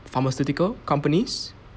pharmaceutical companies